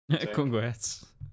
Congrats